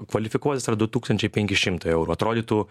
kvalifikuotas yra du tūkstančiai penki šimtai eurų atrodytų